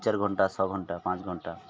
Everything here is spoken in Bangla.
চার ঘণ্টা ছ ঘণ্টা পাঁচ ঘণ্টা